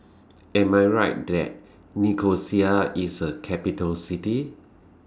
Am I Right that Nicosia IS A Capital City